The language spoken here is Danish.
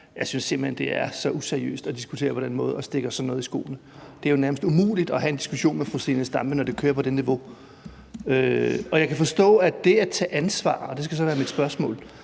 hen, det er så useriøst at diskutere på den måde og at skyde os sådan noget i skoene. Det er jo nærmest umuligt at have en diskussion med fru Zenia Stampe, når det kører på det niveau. Jeg kan forstå, at det at tage ansvar, og det skal så være mit spørgsmål,